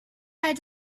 had